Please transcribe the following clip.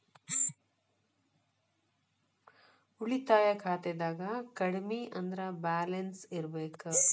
ಉಳಿತಾಯ ಖಾತೆದಾಗ ಕಡಮಿ ಅಂದ್ರ ಬ್ಯಾಲೆನ್ಸ್ ಇರ್ಬೆಕ್